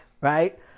right